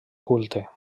culte